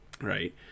right